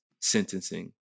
sentencing